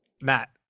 Matt